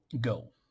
go